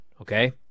okay